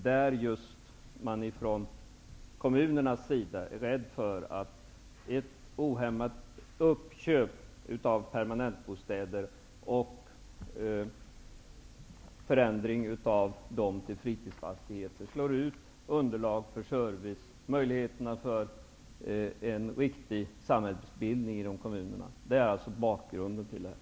Från kommunernas sida är man rädd för att ett ohämmat uppköp av permanenta bostäder och förändring av dem till fritidsfastigheter slår ut underlag för service och möjligheterna för en riktig samhällsbildning i kommunerna. Det är alltså bakgrunden till förslaget.